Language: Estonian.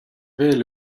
veel